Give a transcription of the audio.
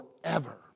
forever